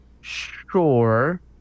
Sure